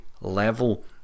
level